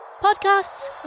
podcasts